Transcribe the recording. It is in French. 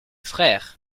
frères